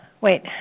wait